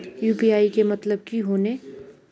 UPI के मतलब की होने?